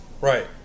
right